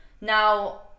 now